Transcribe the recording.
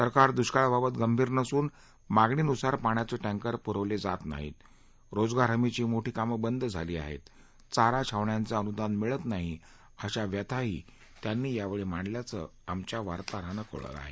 सरकार दुष्काळाबाबत गंभीर नसून मागणीनुसार पाण्याचे टँकर पुरवलं जात नाही रोजगार हमीची मोठी कामं बंद झाली आहेत चारा छावण्यांचं अनुदान मिळत नाही अशा व्यथाही त्यांनी यावेळी मांडल्याचं आमच्या वार्ताहरानं कळवलं आहे